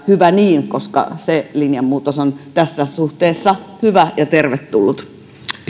hyvä niin koska se linjanmuutos on tässä suhteessa hyvä ja tervetullut